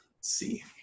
see